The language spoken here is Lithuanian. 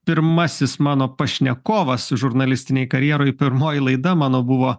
pirmasis mano pašnekovas žurnalistinėj karjeroj pirmoji laida mano buvo